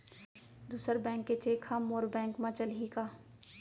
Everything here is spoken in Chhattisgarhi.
दूसर बैंक के चेक ह मोर बैंक म चलही का?